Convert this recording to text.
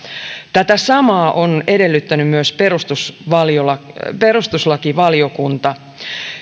tätä samaa on edellyttänyt myös perustuslakivaliokunta perustuslakivaliokunta